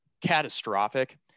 catastrophic